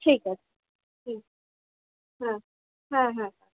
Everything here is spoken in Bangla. ঠিক আছে হুম হ্যাঁ হ্যাঁ হ্যাঁ হ্যাঁ